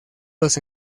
los